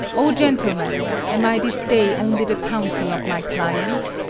oh, gentlemen, am i this day only the counsel of my client?